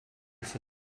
for